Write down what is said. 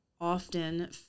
often